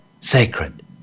sacred